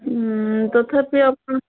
ହୁଁ ତଥାପି ଆପଣ